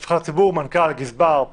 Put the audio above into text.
נבחר ציבור, מנכ"ל, גזבר.